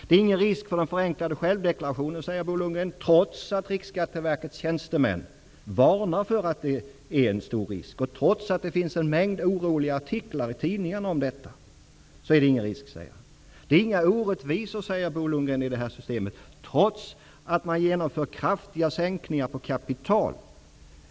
Det är ingen risk för den förenklade självdeklarationen, säger Bo Lundgren, trots att Riksskatteverkets tjänstemän varnar för att en stor sådan risk finns och trots att det i tidningarna finns en mängd artiklar där oro för detta uttrycks. Bo Lundgren säger också att det inte är några orättvisor i detta system, trots att man genomför kraftiga sänkningar av kapitalbeskattningen.